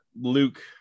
Luke